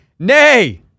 Nay